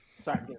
Sorry